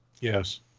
Yes